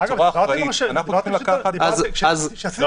--- כשעשיתם